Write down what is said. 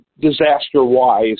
disaster-wise